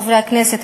חברי הכנסת,